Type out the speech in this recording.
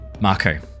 Marco